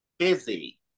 busy